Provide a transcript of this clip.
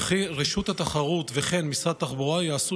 וכי רשות התחרות וכן משרד התחבורה יעשו